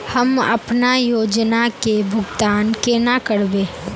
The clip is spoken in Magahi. हम अपना योजना के भुगतान केना करबे?